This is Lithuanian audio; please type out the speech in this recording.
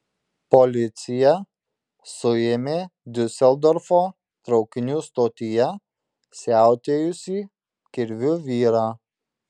policija suėmė diuseldorfo traukinių stotyje siautėjusį kirviu vyrą